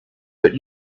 but